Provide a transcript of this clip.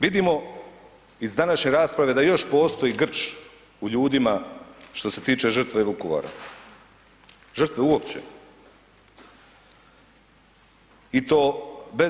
Vidimo iz današnje rasprave da još postoji grč u ljudima što se tiče žrtve Vukovara, žrtve uopće.